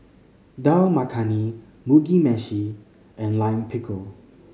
Dal Makhani Mugi Meshi and Lime Pickle